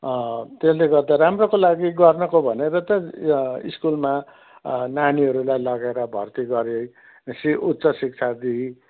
त्यसले गर्दा राम्रोको लागि गर्नको भनेर त यहाँ स्कुलमा नानीहरूलाई लगेर भर्ती गराई शि उच्च शिक्षा दिई